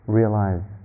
realize